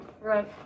Right